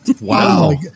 Wow